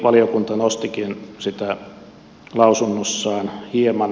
valiokunta nostikin sitä lausunnossaan hieman